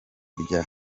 rya